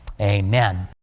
Amen